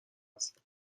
هستم